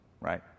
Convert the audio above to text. right